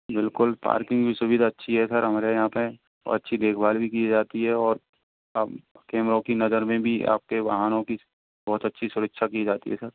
बिल्कुल पार्किंग की सुविधा अच्छी है सर हमारे यहाँ पे और अच्छी देखभाल भी की जाती है और कैमरों की नजर में भी आपके वाहनों की बहुत अच्छी सुरक्षा की जाती है सर